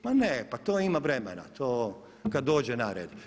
Pa ne, pa to ima vremena, to kad dođe na red.